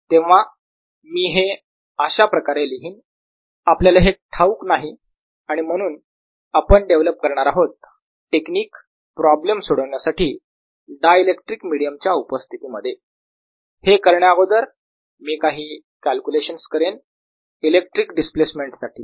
तेव्हा मी हे अशाप्रकारे लिहीन आपल्याला हे ठाऊक नाही आणि म्हणून आपण डेव्हलप करणार आहोत टेक्निक प्रॉब्लेम सोडवण्यासाठी डायलेक्टिक मिडीयम च्या उपस्थिती मध्ये हे करण्या अगोदर मी काही कॅलक्युलेशन्स करेन इलेक्ट्रिक डिस्प्लेसमेंट साठी